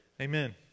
Amen